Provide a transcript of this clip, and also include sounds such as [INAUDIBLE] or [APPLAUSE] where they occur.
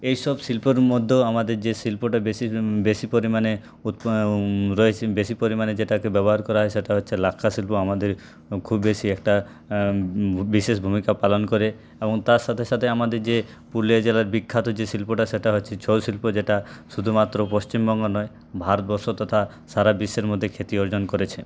এইসব শিল্পর মধ্যেও আমাদের যে শিল্পটা বেশি বেশি পরিমাণে [UNINTELLIGIBLE] রয়েছে বেশি পরিমাণে যেটাকে ব্যবহার করা হয় সেটা হচ্ছে লাক্ষা শিল্প আমাদের খুব বেশি একটা বিশেষ ভূমিকা পালন করে এবং তার সাথে সাথে আমাদের যে পুরুলিয়া জেলার বিখ্যাত যে শিল্পটা সেটা হচ্ছে ছৌ শিল্প যেটা শুধুমাত্র পশ্চিমবঙ্গ নয় ভারতবর্ষ তথা সারা বিশ্বের মধ্যে খ্যাতি অর্জন করেছে